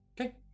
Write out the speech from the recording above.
Okay